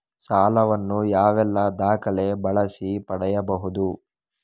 ಸಾಲ ವನ್ನು ಯಾವೆಲ್ಲ ದಾಖಲೆ ಬಳಸಿ ಪಡೆಯಬಹುದು?